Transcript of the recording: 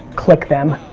click them,